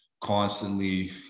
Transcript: constantly